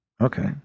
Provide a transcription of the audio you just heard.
Okay